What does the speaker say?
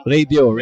Radio